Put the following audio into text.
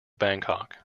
bangkok